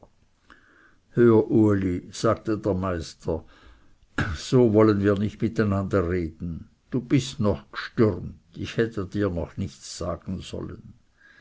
hör uli sagte der meister so wollen wir nicht mit einander reden du bist noch gstürmt ich hätte noch nichts zu dir sagen sollen